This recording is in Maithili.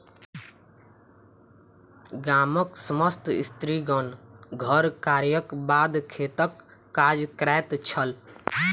गामक समस्त स्त्रीगण घर कार्यक बाद खेतक काज करैत छल